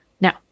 Now